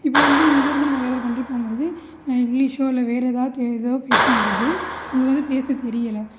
இப்போது வந்து இங்கேயிருந்து நம்ம வேற ஒரு கன்ட்ரி போகும் போது இங்கிலீஷோ இல்லை வேற எதோ தெரியிறதோ பேசும்போது எங்களுக்கு வந்து பேச தெரியலை